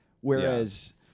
whereas